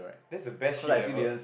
that's the best shit ever